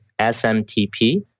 SMTP